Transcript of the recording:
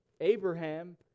Abraham